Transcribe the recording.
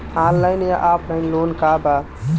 Online या offline loan का बा?